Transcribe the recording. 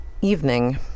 Evening